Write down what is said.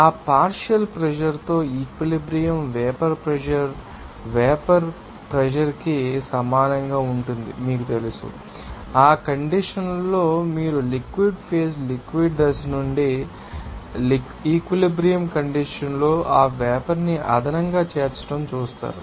ఆ partial pressure తో equilibrium vapour pressure vapour pressure ానికి సమానంగా ఉంటుందని మీకు తెలిస్తే ఆ కండిషన్స్ లో మీరు లిక్విడ్ ఫేజ్ ో లిక్విడ్ దశ నుండి ఆ ఈక్విలిబ్రియం కండిషన్స్ లో ఆ వేపర్ ని అదనంగా చేర్చడం చూస్తారు